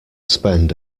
spend